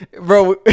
bro